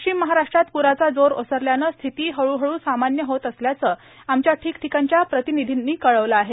पश्चिम महाराष्ट्रात प्राचा जोर ओसरल्यानं स्थिती हळूहळू सामान्य होत असल्याचं आमच्या ठिकठिकाणच्या प्रतिनिधींनी कळवलं आहे